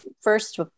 first